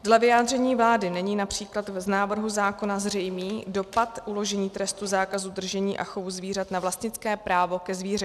Dle vyjádření vlády není například z návrhu zákona zřejmý dopad uložení trestu zákazu držení a chovu zvířat na vlastnické právo ke zvířeti.